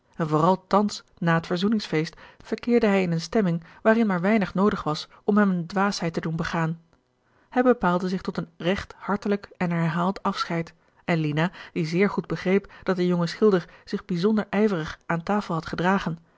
en vooral thans na het verzoeningsfeest verkeerde hij in eene stemming waarin maar weinig noodig was om hem eene dwaasheid te doen begaan hij bepaalde zich tot een recht hartelijk en herhaald afscheid en lina die zeer goed begreep dat de jonge schilder zich bijzonder ijverig aan tafel had gedragen